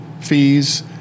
fees